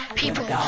people